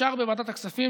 ואושרה בוועדת הכספים,